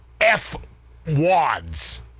F-Wads